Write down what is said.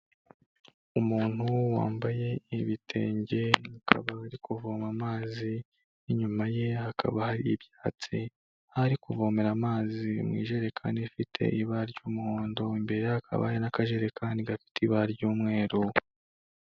Umuntu wambaye ibitenge, akaba ari kuvoma amazi, inyuma ye hakaba hari ibyatsi hari, kuvomera amazi mu ijerekani ifite ibara ry'umuhondo, imbere ye hakaba n'akajerekani gafite ibara ry'umweru.